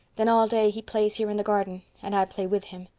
then all day he plays here in the garden. and i play with him.